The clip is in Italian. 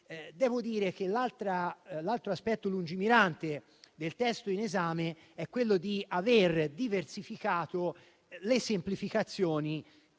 devo dire che l'altro aspetto lungimirante del testo in esame è aver diversificato le semplificazioni